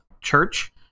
church